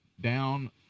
down